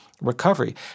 recovery